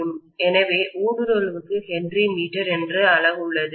எனவே ஊடுருவலுக்கு ஹென்றிமீட்டர் என்ற அலகு உள்ளது